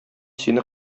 сине